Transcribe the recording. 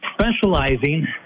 specializing